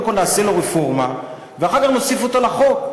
קודם כול נעשה בו רפורמה ואחר כך נוסיף אותו לחוק.